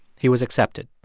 he was accepted.